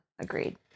agreed